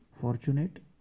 fortunate